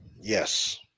Yes